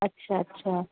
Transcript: اچھا اچھا